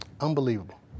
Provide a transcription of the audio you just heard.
unbelievable